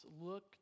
look